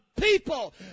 people